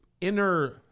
inner